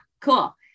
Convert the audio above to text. cool